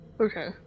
Okay